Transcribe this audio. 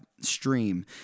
stream